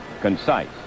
concise